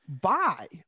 buy